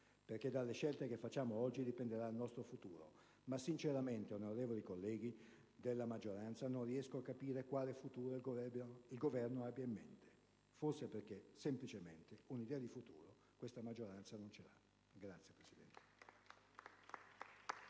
perché dalle scelte che facciamo oggi dipenderà il nostro futuro. Onorevoli colleghi della maggioranza, sinceramente non riesco a capire quale futuro il Governo abbia in mente; forse perché, semplicemente, un'idea di futuro questa maggioranza non ce l'ha. *(Applausi